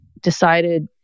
decided